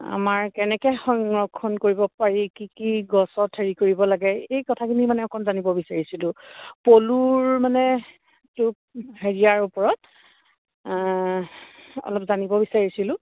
আমাৰ কেনেকৈ সংৰক্ষণ কৰিব পাৰি কি কি গছত হেৰি কৰিব লাগে এই কথাখিনি মানে অকণ জানিব বিচাৰিছিলোঁ পলুৰ মানে টোপ হেৰিয়াৰ ওপৰত অলপ জানিব বিচাৰিছিলোঁ